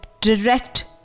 direct